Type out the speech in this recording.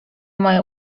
moja